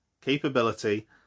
capability